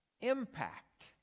impact